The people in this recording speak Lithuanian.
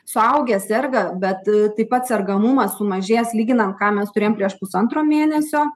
suaugę serga bet taip pat sergamumas sumažėjęs lyginant ką mes turėjom prieš pusantro mėnesio